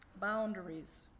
Boundaries